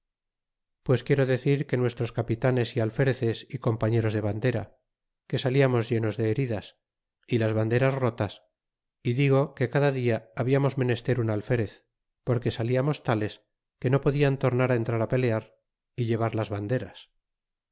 pues quiero decir de nuestros capitanes y alfereces y compañeros de bandera que salíamos llenos de heridas y las banderas rotas y digo que cada dia habiamos menester un alferez porque saliamos tales que no podian tornar entrar pelear y llevar las banderas